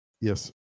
Yes